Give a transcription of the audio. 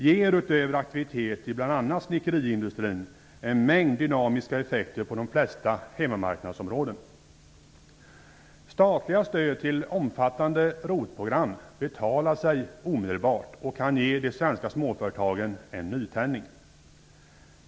Detta ger utöver aktivitet i bl.a. snickeriindustrin en mängd dynamiska effekter på de flesta hemmamarknadsområden. Statliga stöd till omfattande ROT-program betalar sig omedelbart och kan ge de svenska småföretagen en nytändning.